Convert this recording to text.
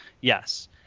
yes